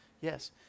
Yes